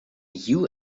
you